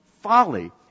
folly